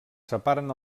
separen